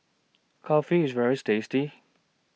Kulfi IS very tasty